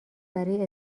برای